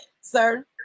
sir